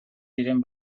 diren